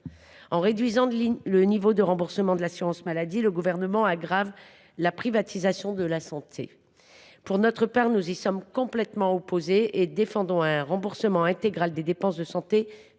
En réduisant le niveau de remboursement de l’assurance maladie, le Gouvernement aggrave la privatisation de la santé. Pour notre part, nous y sommes complètement opposés : nous défendons un remboursement intégral des dépenses de santé par